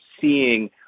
seeing